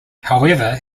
however